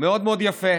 מאוד מאוד יפה,